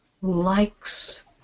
likes